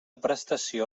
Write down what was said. prestació